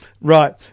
Right